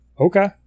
okay